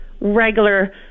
regular